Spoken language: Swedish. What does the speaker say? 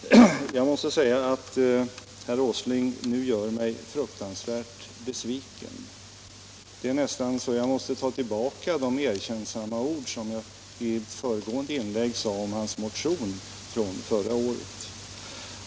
Herr talman! Jag måste säga att herr Åsling nu gör mig fruktansvärt besviken. Det är nästan så att jag måste ta tillbaka de erkännsamma ord som jag i ett föregående inlägg yttrade om hans motion från förra året.